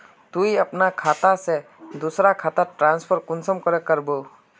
तुई अपना खाता से दूसरा खातात ट्रांसफर कुंसम करे करबो?